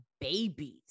babies